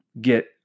get